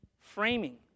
framing